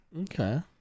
okay